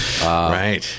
right